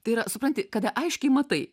tai yra supranti kad aiškiai matai